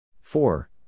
Four